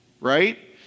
Right